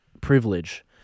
privilege